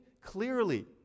clearly